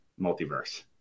multiverse